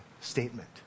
statement